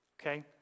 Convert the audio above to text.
Okay